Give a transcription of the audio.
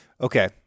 Okay